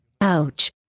Ouch